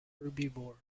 herbivores